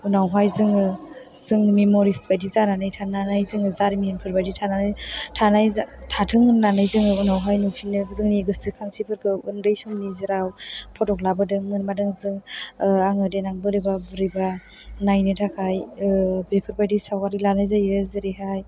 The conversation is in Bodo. उनावहाय जोङो जोंनि मेम'रिस बादि जानानै थानानै जोङो जारिमिनफोरबायदि थानानै थाथों होननानै जोङो उनावहाय नुफिननो जोंनि गोसोखांथिफोरखौ उन्दै समनि जेराव फट' लाबोदोंमोन एबा आङो देनां बोरायबा बुरैबा नायनो थाखाय बेफोरबायदि सावगारि लानाय जायो जेरैहाय